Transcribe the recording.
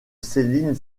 céline